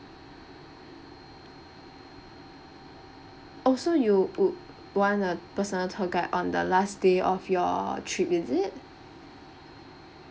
oh so you would want a personal tour guide on the last day of your trip is it